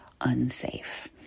unsafe